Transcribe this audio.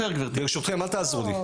ברשותכם, אל תעזרו לי.